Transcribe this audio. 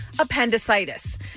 appendicitis